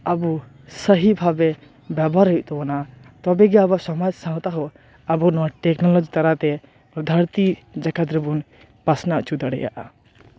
ᱟᱵᱚ ᱥᱟᱦᱤ ᱵᱷᱟᱵᱮ ᱵᱮᱵᱚᱦᱟᱨ ᱦᱩᱭᱩᱜ ᱛᱟᱵᱚᱱᱟ ᱛᱚᱵ ᱮ ᱜᱮ ᱟᱵᱚ ᱥᱚᱢᱟᱡ ᱥᱟᱶᱛᱟ ᱦᱚᱸ ᱟᱵᱚ ᱫᱚ ᱱᱚᱣᱟ ᱴᱮᱠᱱᱳᱞᱚᱡᱤ ᱫᱟᱨᱟᱭ ᱛᱮ ᱫᱷᱟᱹᱨᱛᱤ ᱡᱟᱠᱟᱛ ᱨᱮᱵᱚᱱ ᱯᱟᱥᱱᱟᱣ ᱚᱪᱚ ᱫᱟᱲᱮᱭᱟᱜᱼᱟ